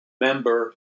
member